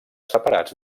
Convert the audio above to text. separats